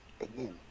Again